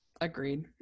agreed